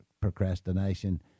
procrastination